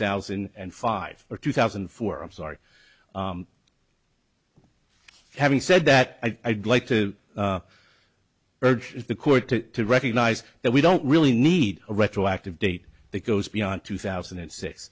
thousand and five or two thousand and four i'm sorry having said that i'd like to urge the court to recognize that we don't really need a retroactive date that goes beyond two thousand and six